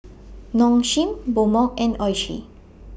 Nong Shim Mobot and Oishi